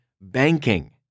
banking